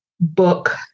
book